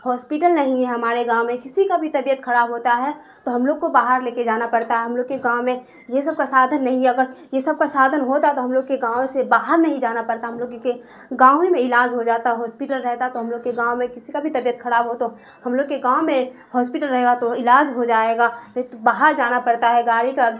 hospital نہیں ہے ہمارے گاؤں میں کسی کا بھی طبیعت خراب ہوتا ہے تو ہم لوگ کو باہر لے کے جانا پڑتا ہے ہم لوگ کے گاؤں میں یہ سب کا سادھن نہیں ہے اگر یہ سب کا سادھن ہوتا تو ہم لوگ کے گاؤں سے باہر نہیں جانا پڑتا ہم لوگ کے گاؤں ہی میں علاج ہو جاتا ہاسپٹل رہتا تو ہم لوگ کے گاؤں میں کسی کا بھی طبیعت خراب ہو تو ہم لوگ کے گاؤں میں ہاسپٹل رہے گا تو علاج ہو جائے گا نہیں تو باہر جانا پرتا ہے گاڑی کا